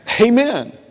Amen